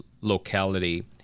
locality